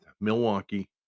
Milwaukee